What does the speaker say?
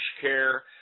care